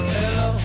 Hello